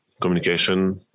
communication